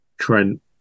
trent